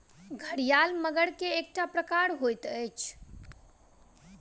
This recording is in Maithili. घड़ियाल मगर के एकटा प्रकार होइत अछि